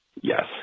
Yes